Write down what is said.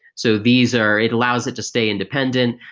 so these are it allows it to stay independent.